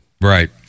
right